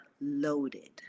loaded